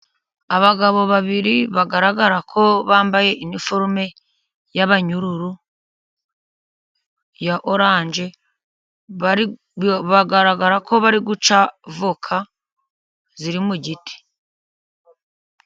Abagabo babiri, bagaragara ko bambaye impuzankano y'abanyururu ya orange, bagaragara ko bari guca voka ziri mu giti.